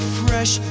fresh